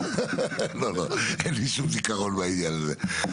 לא, לא, אין לי שום זיכרון בעניין הזה.